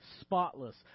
spotless